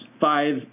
five